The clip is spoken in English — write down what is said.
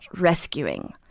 rescuing